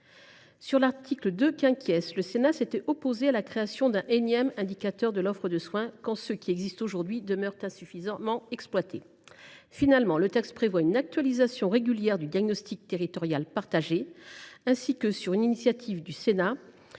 À l’article 2, le Sénat s’était opposé à la création d’un énième indicateur de l’offre de soins, quand ceux qui existent aujourd’hui demeurent insuffisamment exploités. Finalement, le texte prévoit une actualisation régulière du diagnostic territorial partagé, ainsi que, sur une initiative du Sénat,